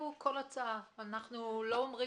אכיפת הדיג שהתחלנו לעבוד עליה בחודשים האחרונים וכבר רואים